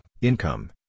income